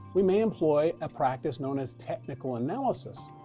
we may employ a practice known as technical analysis.